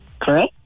Correct